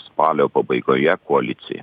spalio pabaigoje koalicija